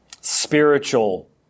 spiritual